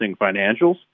financials